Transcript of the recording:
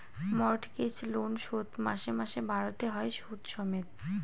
mortgage loan শোধ মাসে মাসে ভারতে হয় সুদ সমেত